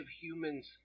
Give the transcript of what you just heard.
Humans